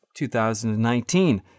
2019